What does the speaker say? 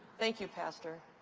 thank you, pastor.